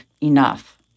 enough